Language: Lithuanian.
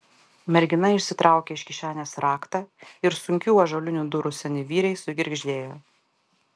mergina išsitraukė iš kišenės raktą ir sunkių ąžuolinių durų seni vyriai sugirgždėjo